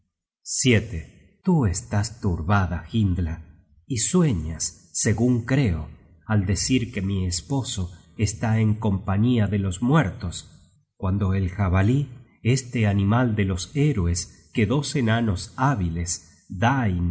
instein tú estás turbada hyndla y sueñas segun creo al decir que mi esposo está en compañía de los muertos cuando el jabalí este animal de los héroes que dos enanos hábiles dain